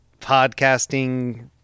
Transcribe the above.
podcasting